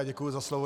Děkuji za slovo.